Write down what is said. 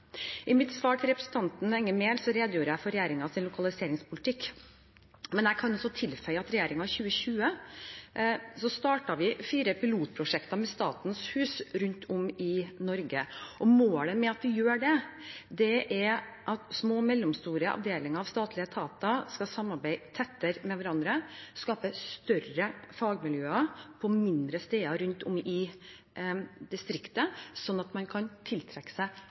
I mitt svar til representanten Enger Mehl redegjorde jeg for regjeringens lokaliseringspolitikk, men jeg kan tilføye at regjeringen i 2020 startet fire pilotprosjekter med Statens hus rundt om i Norge. Målet med at vi gjør det, er at små og mellomstore avdelinger av statlige etater skal samarbeide tettere med hverandre og skape større fagmiljøer på mindre steder rundt om i distriktet, slik at man kan tiltrekke seg